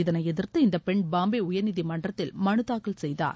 இதனை எதிர்த்து இந்த பெண் பாம்பே உயர்நீதிமன்றத்தில் மனு தாக்கல் செய்தார்